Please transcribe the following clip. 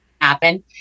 happen